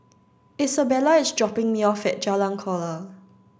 Isabella is dropping me off at Jalan Kuala